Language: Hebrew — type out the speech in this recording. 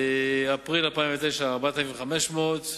באפריל 2009, 4,500,